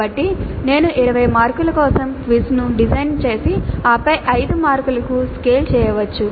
కాబట్టి నేను 20 మార్కుల కోసం క్విజ్ను డిజైన్ చేసి ఆపై 5 మార్కులకు స్కేల్ చేయవచ్చు